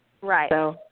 right